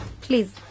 Please